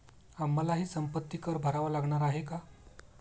आम्हालाही संपत्ती कर भरावा लागणार आहे का?